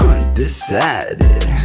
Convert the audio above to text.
Undecided